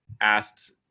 asked